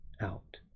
out